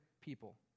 people